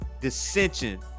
dissension